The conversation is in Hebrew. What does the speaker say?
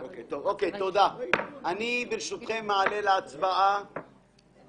ברשותכם אני מעלה להצבעה